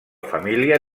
família